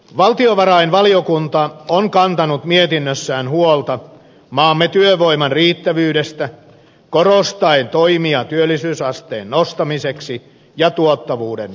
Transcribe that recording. valtiovarainvaliokunta on kantanut mietinnössään huolta maamme työvoiman riittävyydestä korostaen toimia työllisyysasteen nostamiseksi ja tuottavuuden parantamiseksi